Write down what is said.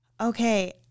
Okay